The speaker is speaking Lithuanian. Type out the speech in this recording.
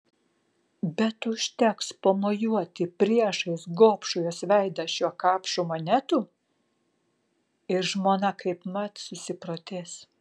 bet užteks pamojuoti priešais gobšų jos veidą šiuo kapšu monetų ir žmona kaipmat susiprotės